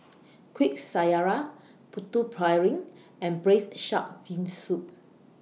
Kuih Syara Putu Piring and Braised Shark Fin Soup